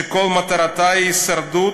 שכל מטרתה היא הישרדות,